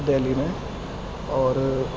دہلی میں اور